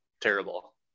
terrible